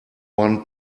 one